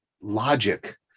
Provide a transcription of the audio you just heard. logic